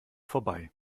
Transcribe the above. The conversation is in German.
vorbei